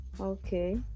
okay